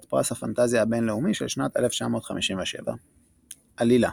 פרס הפנטזיה הבינלאומי של שנת 1957. עלילה